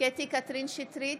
קטי קטרין שטרית,